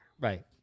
right